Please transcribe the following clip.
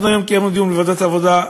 קיימנו היום דיון בוועדת העבודה,